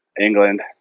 England